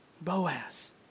Boaz